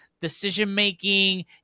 decision-making